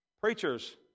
preachers